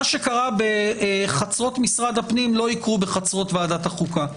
שקרה בחצרות משרד הפנים לא יקרה בחצרות ועדת החוקה.